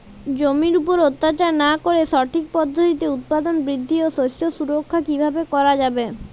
জমির উপর অত্যাচার না করে সঠিক পদ্ধতিতে উৎপাদন বৃদ্ধি ও শস্য সুরক্ষা কীভাবে করা যাবে?